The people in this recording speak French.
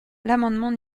l’amendement